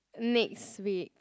next week